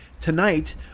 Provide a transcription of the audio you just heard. tonight